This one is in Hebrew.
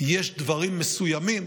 יש דברים מסוימים